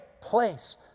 place